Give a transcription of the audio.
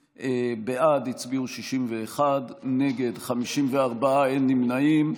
בעד, 61, נגד, 54, אין נמנעים.